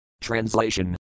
Translation